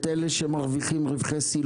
את אלה שמרוויחים רווחי שיא,